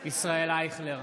ישראל אייכלר,